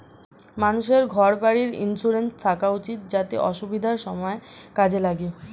মানুষের ঘর বাড়ির ইন্সুরেন্স থাকা উচিত যাতে অসুবিধার সময়ে কাজে লাগে